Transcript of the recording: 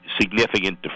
significant